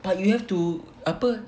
but you have to apa